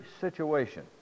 situation